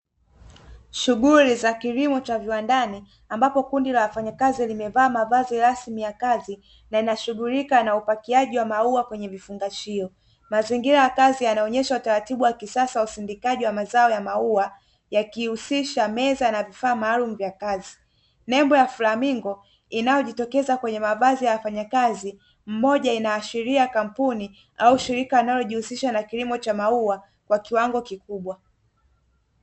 Shughuli za kilimo cha viwandani ambapo kundi la wafanyakazi limevaa mavazi rasmi ya kazi na inashughulika na upakiaji wa maua kwenye vifungashio. Mazingira ya kazi yanaonesha utaratibu wa kisasa wa usindikaji wa mazao ya maua, yakihusisha meza na vifaa maalumu vya kazi. Nembo ya flamingo inayojitokeza kwenye mavazi ya wafanyakazi. Mmoja inaashiria kampuni au shirika linalojishughulisha na kilimo cha maua kwa kiwango kikubwa.